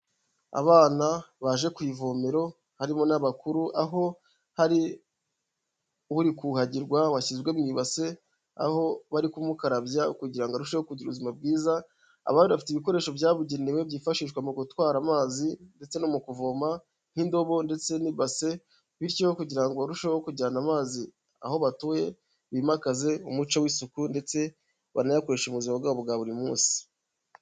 Abana baje ku ivomero harimo n'abakuru, aho hari uri kuhagirwa washyizwe mu ibase, aho bari kumukarabya kugira ngo arusheho kugira ubuzima bwiza, abandi bafite ibikoresho byabugenewe byifashishwa mu gutwara amazi ndetse no mu kuvoma, nk'indobo ndetse n'ibase, bityo kugira ngo barusheho kujyana amazi aho batuye, bimakaze umuco w'isuku ndetse banayakoreshe mu buzima bwabo bwa buri munsi.